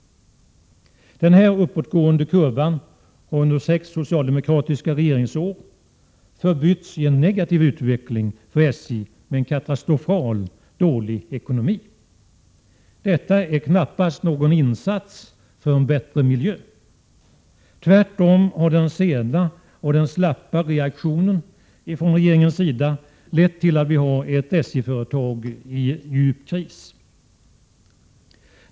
Den här uppåtgående kurvan har — under sex socialdemokratiska regeringsår — förbytts i en negativ utveckling för SJ med en katastrofalt dålig ekonomi. Detta är knappast någon insats för en bättre miljö. Tvärtom har den sena och slappa reaktionen från regeringens sida lett till att vi har ett SJ-företag i djup kris.